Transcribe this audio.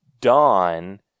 Dawn